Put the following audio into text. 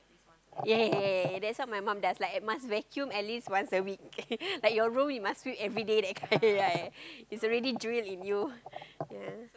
yea yea yea yea yea that's what my mom does must vacuum at least once a week like your room must sweep everyday that kind right it's already drilled in you yeah